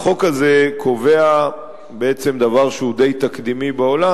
החוק הזה קובע, בעצם, דבר שהוא די תקדימי בעולם.